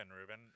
Ruben